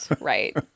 Right